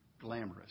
Glamorous